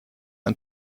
ein